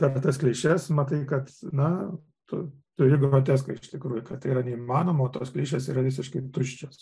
per tas klišes matai kad na tu turi groteską iš tikrųjų kad tai yra neįmanomo tos klišės yra visiškai tuščios